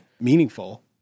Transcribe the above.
meaningful